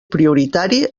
prioritari